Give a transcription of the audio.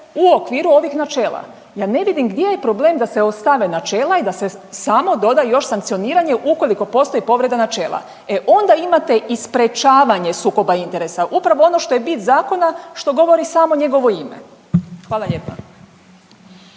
u okviru ovih načela. Ja ne vidim gdje je problem da se ostave načela i da se samo doda još sankcioniranje ukoliko postoji povreda načela. E onda imate i sprječavanje sukoba interesa upravo ono što je bit zakona, što govori samo njegovo ime. Hvala lijepa.